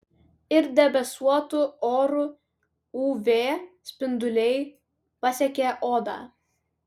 ir debesuotu oru uv spinduliai pasiekia odą